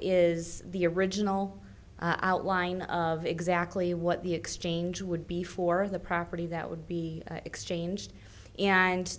is the original outline of exactly what the exchange would be for the property that would be exchanged and